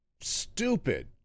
stupid